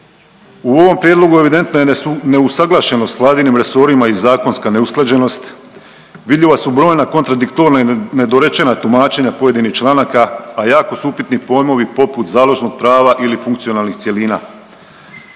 U ovom prijedlogu evidentna je neusuglašenost s Vladinim resorima i zakonska neusklađenost, vidljiva su brojna kontradiktorna i nedorečena tumačenja pojedinih članaka, a jako su upitni pojmovi poput „založnog prava“ ili „funkcionalnih cjelina“.